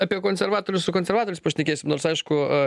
apie konservatorius su konservatoriais pašnekės nors aišku